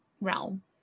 realm